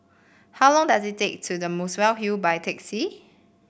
how long does it take to The Muswell Hill by taxi